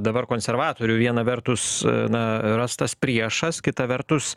dabar konservatorių viena vertus na rastas priešas kita vertus